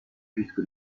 puisque